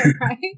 right